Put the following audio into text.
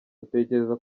dutekereza